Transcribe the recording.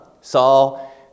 Saul